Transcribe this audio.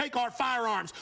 take our firearms